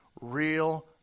real